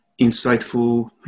insightful